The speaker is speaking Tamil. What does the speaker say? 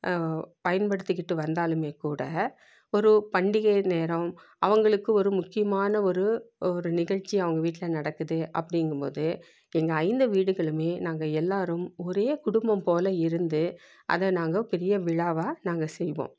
பயன்படுத்திக்கிட்டு வந்தாலும் கூட ஒரு பண்டிகை நேரம் அவங்களுக்கு ஒரு முக்கியமான ஒரு ஒரு நிகழ்ச்சி அவங்க வீட்டில் நடக்குது அப்படிங்கும் போது எங்கள் ஐந்து வீடுகளும் நாங்கள் எல்லோரும் ஒரே குடும்பம் போல இருந்து அத நாங்கள் பெரிய விழாவாக நாங்கள் செய்வோம்